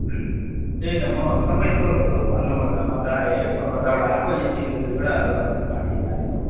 ए त्यही त म सबै थोक भन्नुपर्छ म त यही कलकत्ताबाट आएको यहाँ सिलगढीबाट अब माथि जाने हो